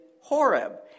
Horeb